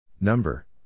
number